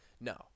No